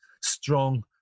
strong